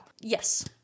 Yes